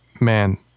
man